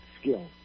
skill